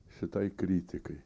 šitai kritikai